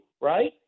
right